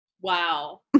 Wow